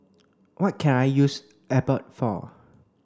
what can I use Abbott for